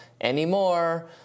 anymore